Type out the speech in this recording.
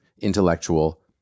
intellectual